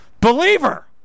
Believer